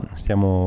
stiamo